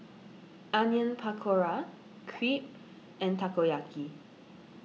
Onion Pakora Crepe and Takoyaki